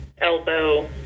elbow